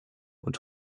und